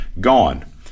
gone